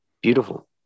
Beautiful